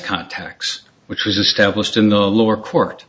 contacts which was established in the lower court